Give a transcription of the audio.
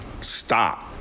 Stop